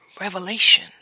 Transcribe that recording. revelation